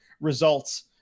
results